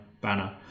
banner